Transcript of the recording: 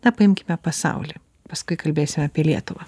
na paimkime pasaulį paskui kalbėsime apie lietuvą